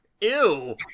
Ew